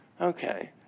okay